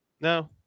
No